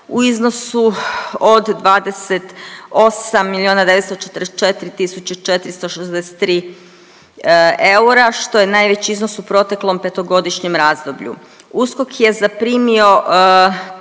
tisuće 463 eura što je najveći iznos u proteklom petogodišnjem razdoblju. USKOK je zaprimio